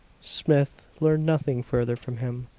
smith learned nothing further from him.